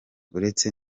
uretse